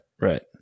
right